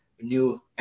new